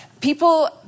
people